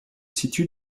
situe